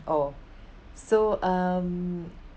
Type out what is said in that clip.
awe so um